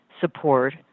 support